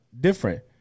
different